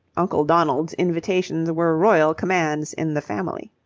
uncle donald's invitations were royal commands in the family.